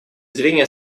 зрения